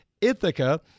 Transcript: Ithaca